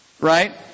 right